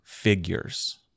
figures